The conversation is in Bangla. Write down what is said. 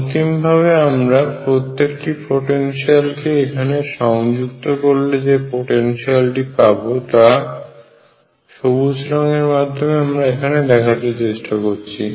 অন্তিম ভাবে আমরা প্রত্যেকটি পোটেনশিয়াল কে এখানে সংযুক্ত করলে যে পোটেনশিয়ালটি পাবো তা সবুজ রং এর মাধ্যমে আমরা এখানে দেখাতে চেষ্টা করেছি